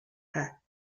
hacked